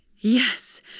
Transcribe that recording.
yes